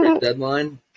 deadline